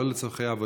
לא לצורכי עבודה.